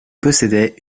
possédait